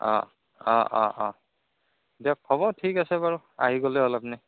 অঁ অঁ অঁ অঁ দিয়ক হ'ব ঠিক আছে বাৰু আহি গ'লে